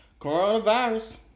Coronavirus